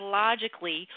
logically